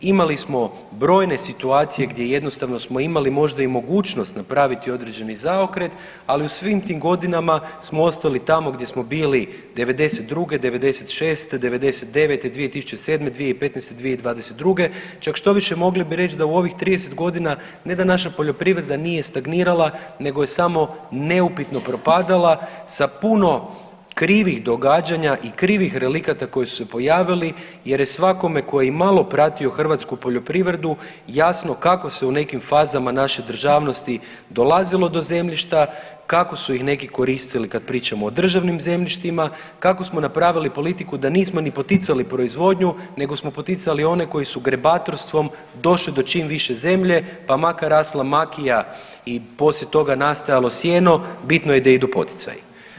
Imali smo brojne situacije gdje jednostavno smo imali možda i mogućnost napraviti određeni zaokret, ali u svim tim godinama smo ostali tamo gdje smo bili '92., '96., '99., 2007., 2015., 2022. čak štoviše mogli bi reći da ovih 30 godina ne da naša poljoprivreda nije stagnirala nego je samo neupitno propadala sa puno krivih događanja i krivih relikata koji su se pojavili jer je svakome ko je i malo pratio hrvatsku poljoprivredu jasno kako se u nekim fazama naše državnosti dolazilo do zemljišta, kako su ih neki koristili kad pričamo o državnim zemljištima, kako smo napravili politiku da nismo ni poticali proizvodnju nego smo poticali one koji su grebatorstvom došli do čim više zemlje, pa makar rasla makija i poslije toga nastajalo sijeno bitno je da idu poticaji.